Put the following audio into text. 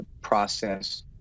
process